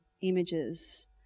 images